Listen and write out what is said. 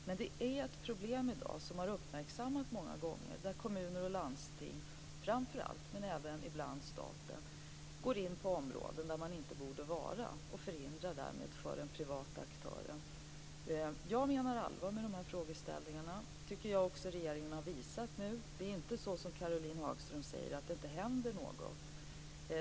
Men det är ett problem, som har uppmärksammats många gånger, när framför allt kommuner och landsting men även ibland staten går in på områden där de inte borde vara och därmed förhindrar för den privata aktören. Jag menar allvar med de här frågeställningarna. Jag tycker att regeringen har visat det nu. Det är inte så, som Caroline Hagström säger, att det inte händer något.